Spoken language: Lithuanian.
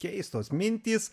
keistos mintys